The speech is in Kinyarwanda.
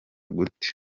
gute